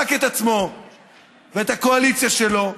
רק את עצמו ואת הקואליציה שלו.